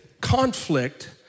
conflict